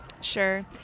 Sure